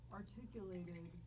articulated